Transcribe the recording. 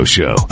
Show